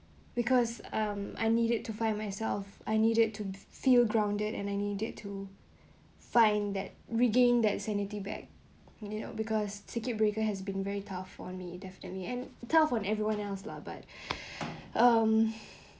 because um I needed to find myself I needed to feel grounded and I needed to find that regain that sanity back you know because circuit breaker has been very tough for me definitely and tough on everyone else lah but um